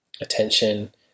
attention